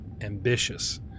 ambitious